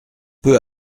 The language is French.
peu